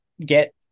get